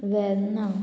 Verna